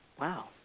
Wow